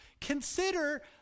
consider